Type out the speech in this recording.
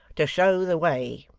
to show the way